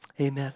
Amen